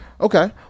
Okay